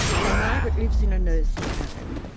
so margaret lives in a nursing home.